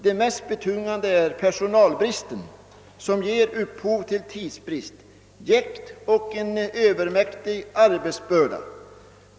Det mest betungande är personalbristen som ger upphov till tidsbrist, jäkt och en övermäktig arbetsbörda.